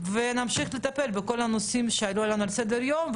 ונמשיך לטפל בכל הנושאים שעלו על סדר היום.